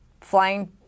flying